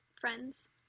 Friends